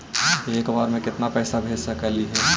एक बार मे केतना पैसा भेज सकली हे?